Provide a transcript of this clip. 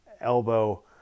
elbow